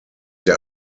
der